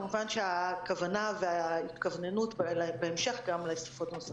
כמובן שהכוונה וההתכווננות בהמשך גם לשפות נוספות.